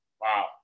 Wow